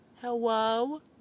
Hello